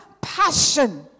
passion